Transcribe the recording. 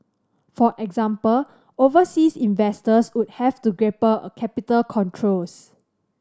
for example overseas investors would have to grapple a capital controls